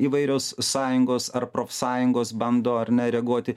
įvairios sąjungos ar profsąjungos bando ar ne reaguoti